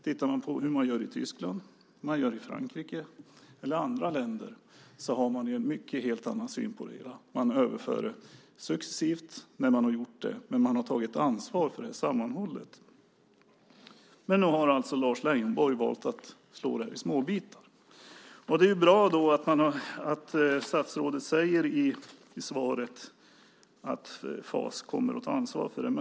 Tittar man på hur de gör i Tyskland eller Frankrike eller i andra länder märker man att de har en helt annan syn på det hela. Det har varit en successiv överföring när sådant här gjorts. Men man har tagit ett ansvar för detta - sammanhållet. Nu har alltså Lars Leijonborg valt att slå det här i småbitar. Det är bra att statsrådet i svaret säger att FAS kommer att ta ansvar för detta.